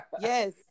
Yes